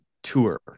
Tour